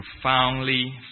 profoundly